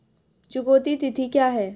चुकौती तिथि क्या है?